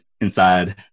inside